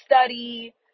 study